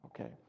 Okay